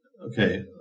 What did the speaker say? Okay